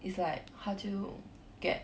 it's like 她就 get